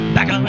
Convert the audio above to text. Back